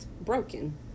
broken